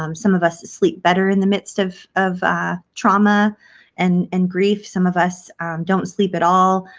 um some of us sleep better in the midst of of trauma and and grief. some of us don't sleep at all.